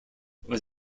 was